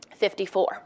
54